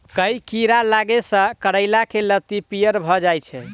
केँ कीड़ा लागै सऽ करैला केँ लत्ती पीयर भऽ जाय छै?